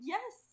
Yes